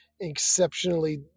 exceptionally